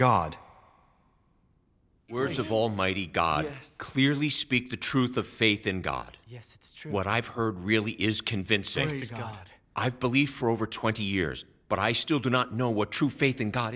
god words of almighty god clearly speak the truth of faith in god yes it's true what i've heard really is convincing to god i believe for over twenty years but i still do not know what true faith in god